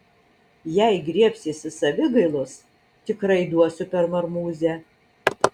jei griebsiesi savigailos tikrai duosiu per marmūzę